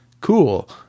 cool